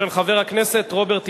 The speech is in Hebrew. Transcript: של חבר הכנסת רוברט טיבייב.